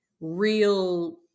real